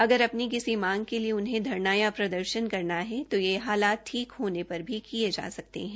अगर अपनी किसी मांग के लिए उन्हें धरने या प्रदर्शन करने हैं तो ये हालात ठीक होने पर भी किए जा सकते हैं